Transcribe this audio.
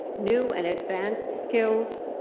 new and advanced skills,